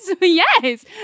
Yes